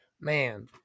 Man